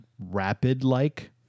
rapid-like